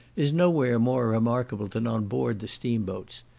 is no where more remarkable than on board the steam-boats.